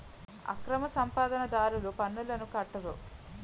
అక్రమ సంపాదన దారులు పన్నులను కట్టరు